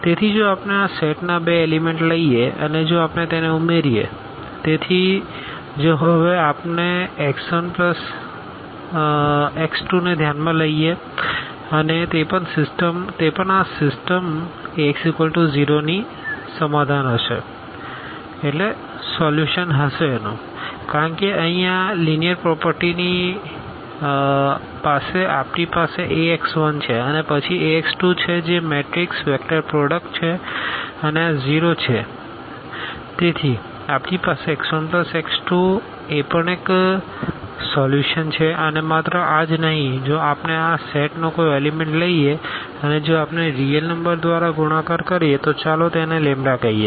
તેથી જો આપણે આ સેટના બે એલીમેન્ટ લઈએ અને જો આપણે તેને ઉમેરીએ તેથી જો આપણે હવે x1x2 ને ધ્યાનમાં લઈએ અને તે પણ આ સિસ્ટમ્સ Ax0 ની સમાધાન હશે કારણ કે અહીં આ લીનીઅર પ્રોપરટીની પાસે આપણી પાસે Ax1છે અને પછી Ax2 છે જે મેટ્રિક્સ વેક્ટર પ્રોડક્ટ છે અને આ 0 છે અને 0 તેથી આપણી પાસે આ x1x2 એ પણ એક સોલ્યુશન છે અને માત્ર આ જ નહીં જો આપણે આ સેટનો કોઈ એલીમેન્ટ લઈએ અને જો આપણે રીઅલ નંબર દ્વારા ગુણાકાર કરીએ તો ચાલો તેને કહીએ